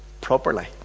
properly